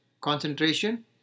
concentration